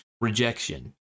rejection